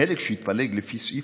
חלק שהתפלג לפי סעיף,